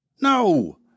No